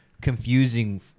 confusing